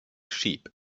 sheep